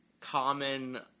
common